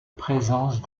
présence